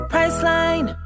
Priceline